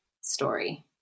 story